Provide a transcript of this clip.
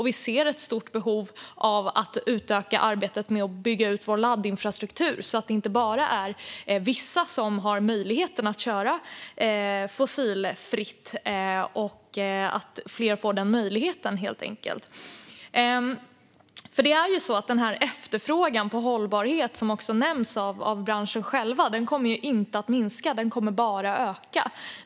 Vi ser ett stort behov av att utöka arbetet med att bygga ut vår laddinfrastruktur så att det inte bara är vissa som har möjlighet att köra fossilfritt utan fler får den möjligheten, helt enkelt. Efterfrågan på hållbarhet, som också nämns av branschen själv, kommer inte att minska utan bara öka.